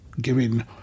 giving